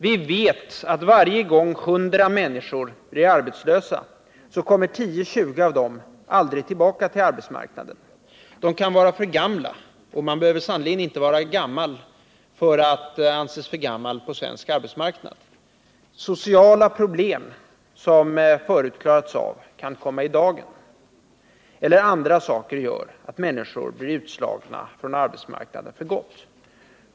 Vi vet att varje gång 100 människor blir arbetslösa kommer 10-20 av dem aldrig tillbaka till arbetsmarknaden. De kan vara för gamla, och man behöver sannerligen inte vara gammal för att anses för gammal på svensk arbetsmarknad. Sociala problem som förut klarats av kan komma i dagen. Andra saker kan också göra att människor blir utslagna från arbetsmarknaden för gott.